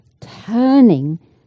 turning